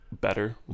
better